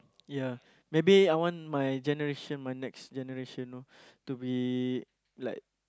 yeah maybe I want my generation my next generation know to be like